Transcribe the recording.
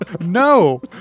No